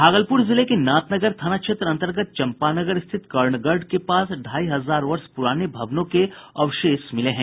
भागलपुर जिले के नाथनगर थाना क्षेत्र अन्तर्गत चंपानगर स्थित कर्णगढ़ के पास ढ़ाई हजार वर्ष पुराने भवनों के अवशेष मिले हैं